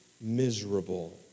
miserable